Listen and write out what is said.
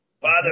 Father